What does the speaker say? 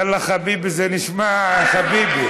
יאללה, חביבי, זה נשמע חביבי.